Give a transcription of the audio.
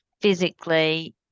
physically –